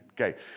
okay